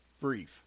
Brief